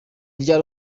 ryari